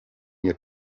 ihr